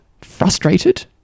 frustrated